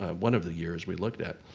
um one of the years we looked at.